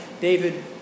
David